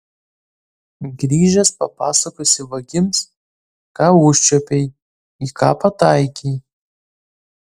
grįžęs papasakosi vagims ką užčiuopei į ką pataikei